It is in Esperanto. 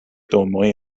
domoj